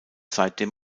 seitdem